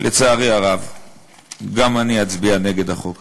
לצערי הרב גם אני אצביע נגד החוק הזה.